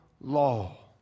law